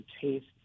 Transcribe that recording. taste